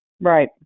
Right